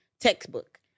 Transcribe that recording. textbook